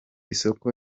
isoko